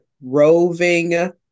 roving